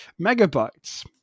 megabytes